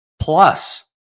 plus